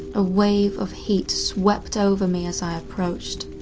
a wave of heat swept over me as i approached.